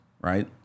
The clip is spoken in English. Right